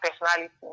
personality